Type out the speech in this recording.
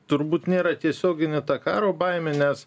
turbūt nėra tiesioginė ta karo baimė nes